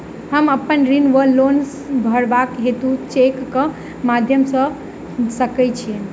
हम अप्पन ऋण वा लोन भरबाक हेतु चेकक माध्यम सँ दऽ सकै छी?